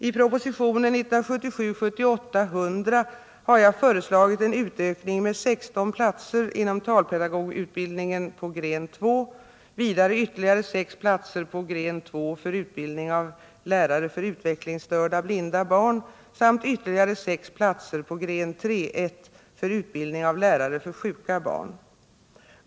I propositionen 1977/78:100 har jag föreslagit en utökning med 16 platser inom talpedagogutbildningen på gren 2, vidare ytterligare 6 platser på gren 2 för utbildning av lärare för utvecklingsstörda, blinda barn samt ytterligare 6 platser på gren 3:1 för utbildning av lärare för sjuka barn.